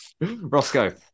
Roscoe